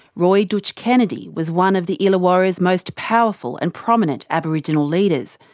roy dootch kennedy was one of the illawarra's most powerful and prominent aboriginal leaders.